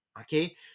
Okay